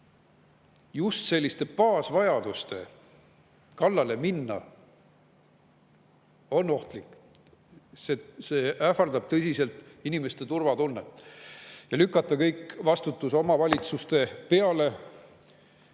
just selliste baasvajaduste kallale minemine ohtlik. See ähvardab tõsiselt inimeste turvatunnet. Kogu vastutuse omavalitsuste peale